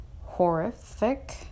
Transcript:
horrific